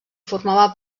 formava